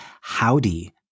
howdy